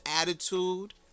attitude